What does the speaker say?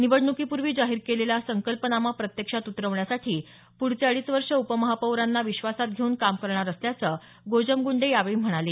निवडणुकीपूर्वी जाहिर केलेला संकल्पनामा प्रत्यक्षात उतरवण्यासाठी पुढचे अडीच वर्ष उपमहापौरांना विश्वासात घेउन काम करणार असल्याचं गोजमगुंडे यावेळी म्हणाले